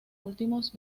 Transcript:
últimos